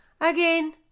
Again